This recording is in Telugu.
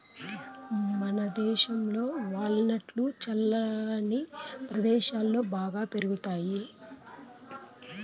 మనదేశంలో వాల్ నట్లు చల్లని ప్రదేశాలలో బాగా పెరుగుతాయి